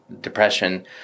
depression